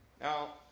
Now